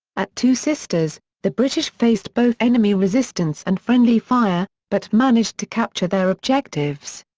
at two sisters, the british faced both enemy resistance and friendly fire, but managed to capture their objectives.